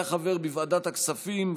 הוא היה חבר בוועדת הכספים,